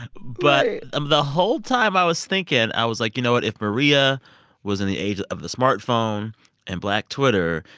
but um the whole time, i was thinking i was like, you know what? if maria was in the age of the smartphone and black twitter,